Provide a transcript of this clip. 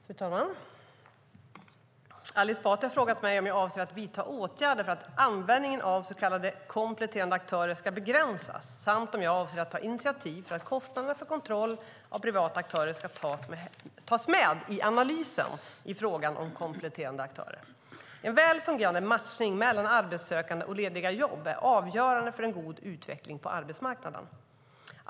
Fru talman! Ali Esbati har frågat mig om jag avser att vidta åtgärder för att användningen av så kallade kompletterande aktörer ska begränsas samt om jag avser att ta initiativ för att kostnaderna för kontroll av privata aktörer ska tas med i analysen i frågan om kompletterande aktörer. En väl fungerande matchning mellan arbetssökande och lediga jobb är avgörande för en god utveckling på arbetsmarknaden.